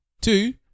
Two